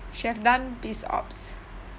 should have done BizOps